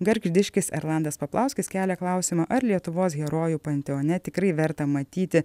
gargždiškis erlandas paplauskis kelia klausimą ar lietuvos herojų panteone tikrai verta matyti